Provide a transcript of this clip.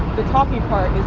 the talking part